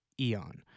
eon